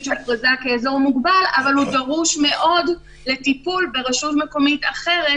שהוכרזה כאזור מוגבל אבל הוא דרוש מאוד לטיפול ברשות מקומית אחרת,